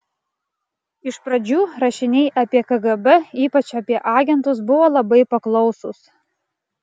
iš pradžių rašiniai apie kgb ypač apie agentus buvo labai paklausūs